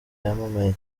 yamamaye